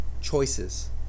choices